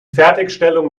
fertigstellung